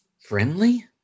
friendly